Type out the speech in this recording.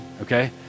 okay